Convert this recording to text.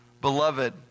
Beloved